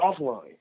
offline